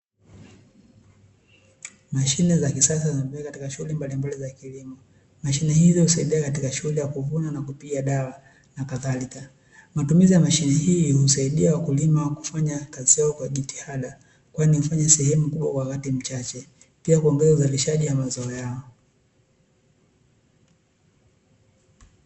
Mashine za kisasa katika shule mbalimbali za kilimo mashine hizo husaidia katika shule ya kuvuna na kupiga dawa na kadhalika, matumizi ya mashine hii husaidia wakulima kufanya kazi yao kwa jitihada kwani kufanya sehemu kubwa kwa wakati mchache pia kuongeza uzalishaji wa mazao yao.